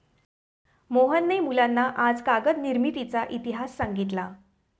मोहनने मुलांना आज कागद निर्मितीचा इतिहास सांगितला